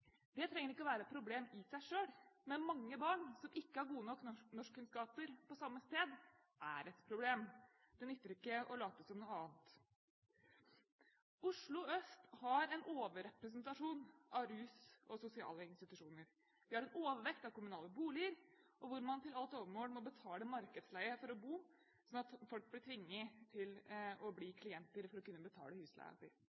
Det trenger ikke være et problem i seg selv, men mange barn på samme sted som ikke har gode nok norskkunnskaper, er et problem. Det nytter ikke å late som noe annet. Oslo øst har en overrepresentasjon av rusinstitusjoner og sosiale institusjoner. Vi har en overvekt av kommunale boliger, hvor man til alt overmål må betale markedsleie for å bo, slik at folk blir tvunget til å bli